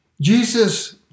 Jesus